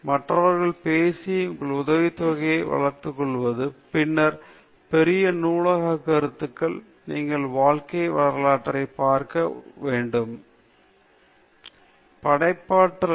மற்றவர்களிடம் பேசி உங்கள் உதவித்தொகையை வளர்த்துக்கொள்வது பின்னர் பெரிய நூலக கருத்துக்கள் நீங்கள் வாழ்க்கை வரலாற்றைப் பார்க்க வேண்டும் நீங்கள் ஊக்கம் பெற வேண்டும் நீங்கள் பெரிய கருத்துக்கள் நூலகத்தில் இருக்க வேண்டும் அங்கு நீங்கள் பல யோசனைகளை உருவாக்க முடியும் மற்றும் அவர்களுக்கு பரவாயில்லை